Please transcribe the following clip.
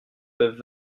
peuvent